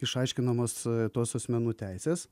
išaiškinamos tos asmenų teisės